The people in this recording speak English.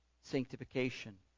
Sanctification